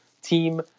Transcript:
team